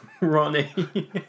Ronnie